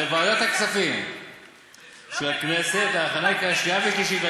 לוועדת הכספים של הכנסת להכנה לקריאה שנייה ושלישית.